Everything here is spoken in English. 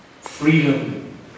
freedom